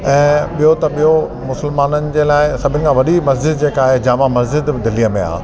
ऐं ॿियो त ॿियो मुस्लमाननि जे लाइ सभिनि खां वॾी मस्ज़िद जेका आहे जामा मस्ज़िद बि दिल्लीअ में आहे